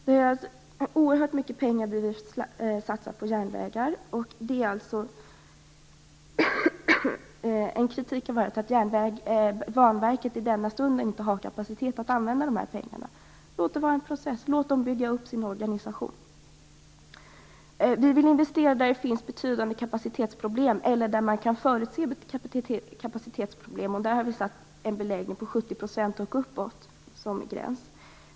Vi vill satsa oerhört mycket pengar på järnvägar. En kritik har varit att Banverket i denna stund inte har kapacitet att använda dessa pengar. Låt det vara en process! Låt dem bygga upp sin organisation! Vi vill investera där det finns betydande kapacitetsproblem eller där man kan förutse kapacitetsproblem. Där har vi satt en beläggning på 70 % och uppåt som gräns.